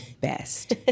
best